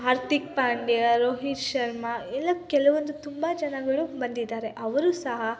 ಹಾರ್ಧಿಕ್ ಪಾಂಡ್ಯ ರೋಹಿತ್ ಶರ್ಮ ಎಲ್ಲ ಕೆಲವೊಂದು ತುಂಬ ಜನಗಳು ಬಂದಿದ್ದಾರೆ ಅವರೂ ಸಹ